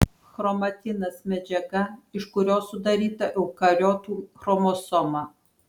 chromatinas medžiaga iš kurios sudaryta eukariotų chromosoma